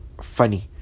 Funny